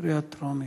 בקריאה טרומית.